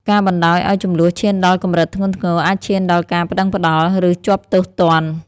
ការបណ្តោយឲ្យជម្លោះឈានដល់កម្រិតធ្ងន់ធ្ងរ អាចឈានដល់ការប្តឹងប្តល់ ឬជាប់ទោសទណ្ឌ។